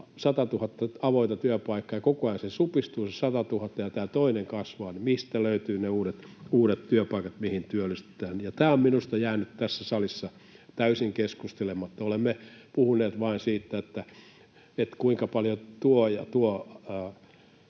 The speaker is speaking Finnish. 100 000 avointa työpaikkaa ja koko ajan supistuu se 100 000 ja tämä toinen kasvaa, niin mistä löytyvät ne uudet työpaikat, mihin työllistytään? Tämä on minusta jäänyt tässä salissa täysin keskustelematta. Olemme puhuneet vain siitä, kuinka paljon tuo ja tuo